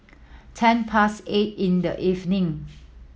ten past eight in the evening